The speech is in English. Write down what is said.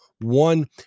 one